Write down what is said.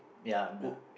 ya my